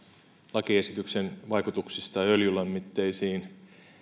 lakiesityksen vaikutuksista öljylämmitteisiin